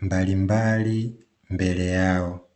mbalimbali mbele yao.